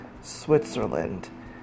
Switzerland